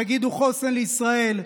תגידו: חוסן לישראל,